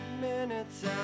Minutes